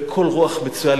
וכל רוח מצויה,